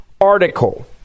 article